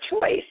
choice